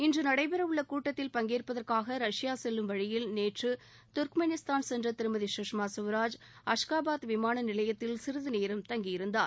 இன்று நடைபெறவுள்ள கூட்டத்தில் பங்கேற்பதற்காக ரஷ்யா செல்லும் வழியில் நேற்று துர்க்மெனிஸ்தான் சென்ற திருமதி குஷ்மா குவராஜ் அஷ்காபாத் விமானநிலையத்தில் சிறிதுநேரம் தங்கியிருந்தார்